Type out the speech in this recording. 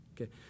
okay